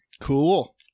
Cool